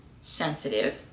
sensitive